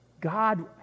god